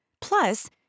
Plus